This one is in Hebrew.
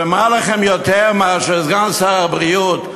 ומה לכם יותר מאשר סגן שר הבריאות,